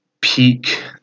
peak